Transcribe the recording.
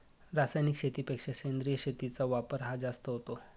रासायनिक शेतीपेक्षा सेंद्रिय शेतीचा वापर हा जास्त होतो